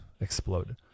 exploded